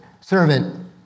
servant